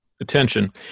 attention